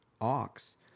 ox